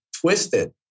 twisted